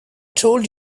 told